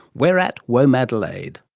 we're at womadelaide.